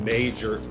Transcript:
major